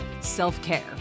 self-care